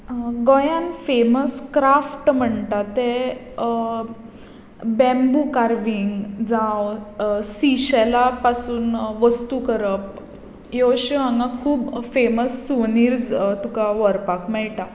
गोंयांत famous crafts म्हणटा ते बॅम्बू कार्विंग जावं सी शेला पासून वस्तू करप ह्यो अश्यो हांगा खूब फॅमस सुविनर्स हांगा व्हरपाक मेळटात